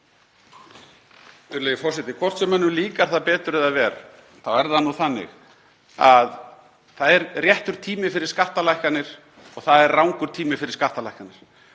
Hvort sem mönnum líkar það betur eða verr þá er það nú þannig að það er réttur tími fyrir skattalækkanir og það er rangur tími fyrir skattalækkanir.